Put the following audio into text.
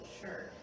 sure